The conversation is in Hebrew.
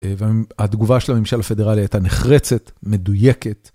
והתגובה של הממשל הפדרלי הייתה נחרצת, מדויקת.